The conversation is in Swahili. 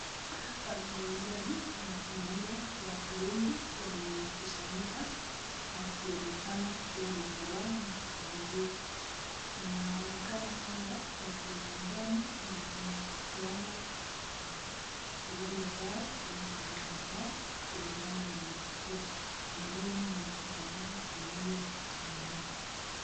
Hapa ni uwanjani na tunaona watu wengi wamekusanyika wakionekana kuwa wana furaha na kushangilia inaonekana kwamba wako uwanjani na wanapeana ilini zao ama furaha kulingana na matukio mbeleni ni jamaa aliyemahongo.